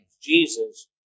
Jesus